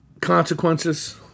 consequences